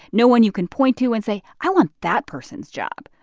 no one you can point to and say, i want that person's job.